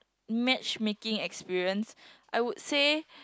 matchmaking experience I would say